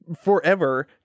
forever